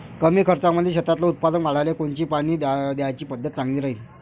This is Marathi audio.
कमी खर्चामंदी शेतातलं उत्पादन वाढाले कोनची पानी द्याची पद्धत चांगली राहीन?